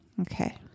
okay